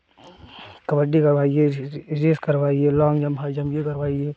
कबड्डी करवाईए रेस करवाइए long jump high jump यह करवाईए